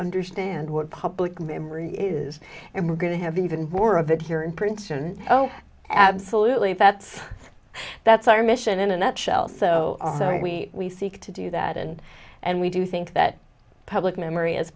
understand what public memory is and we're going to have even more of it here in princeton oh absolutely that's that's our mission in a nutshell so we seek to do that and and we do think that public memory is